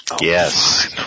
Yes